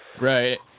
right